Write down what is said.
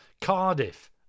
Cardiff